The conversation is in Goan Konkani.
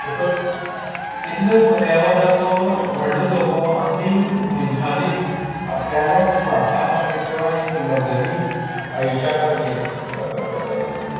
म्हणटकच इतलें पर्यावरणाचो व्होडलो धोको आमी मनशांनीच आपल्याल्या स्वार्था खातीर किंवा एक लक्जरी आयुश्या खातीर